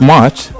March